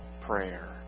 prayer